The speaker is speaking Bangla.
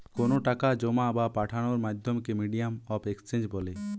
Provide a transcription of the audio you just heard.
কোনো টাকা জোমা বা পাঠানোর মাধ্যমকে মিডিয়াম অফ এক্সচেঞ্জ বলে